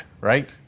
Right